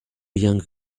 young